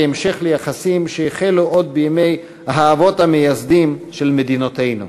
כהמשך ליחסים שהחלו עוד בימי האבות המייסדים של מדינותינו.